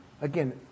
again